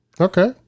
Okay